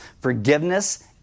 forgiveness